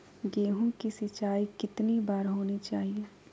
गेहु की सिंचाई कितनी बार होनी चाहिए?